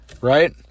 Right